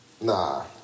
Nah